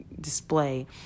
display